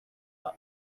but